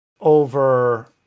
over